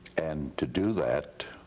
and to do that,